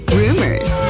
rumors